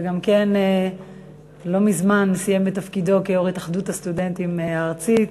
שגם כן לא מזמן סיים את תפקידו כיו"ר התאחדות הסטודנטים הארצית.